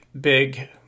big